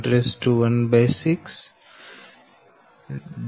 16 છે